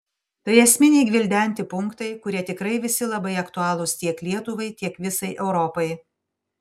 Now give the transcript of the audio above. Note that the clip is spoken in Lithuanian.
tai esminiai gvildenti punktai kurie tikrai visi labai aktualūs tiek lietuvai tiek visai europai